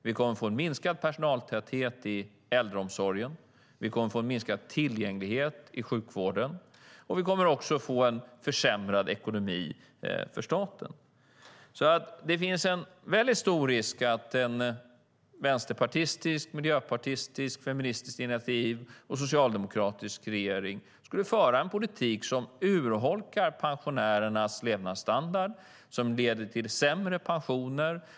Vi kommer att få en minskad personaltäthet i äldreomsorgen, vi kommer att få en minskad tillgänglighet i sjukvården, och staten kommer att få en försämrad ekonomi. Det finns en väldigt stor risk att en regering med Vänsterpartiet, Miljöpartiet, Feministiskt Initiativ och Socialdemokraterna skulle föra en politik som urholkar pensionärernas levnadsstandard och leder till sämre pensioner.